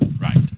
Right